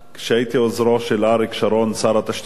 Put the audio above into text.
כשהייתי עוזרו של אריק שרון, שר התשתיות הלאומיות,